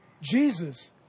Jesus